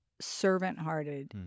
servant-hearted